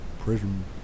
Prison